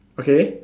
okay